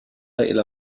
إلى